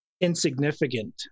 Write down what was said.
insignificant